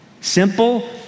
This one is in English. Simple